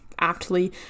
aptly